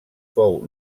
fou